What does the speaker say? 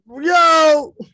Yo